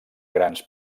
grans